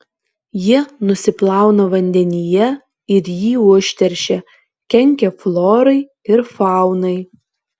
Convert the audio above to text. jie nusiplauna vandenyje ir jį užteršia kenkia florai ir faunai